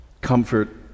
Comfort